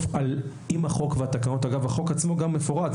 אגב, החוק עצמו מפורט.